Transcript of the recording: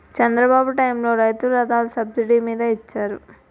చంద్రబాబు టైములో రైతు రథాలు సబ్సిడీ మీద ఇచ్చారు